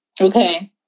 Okay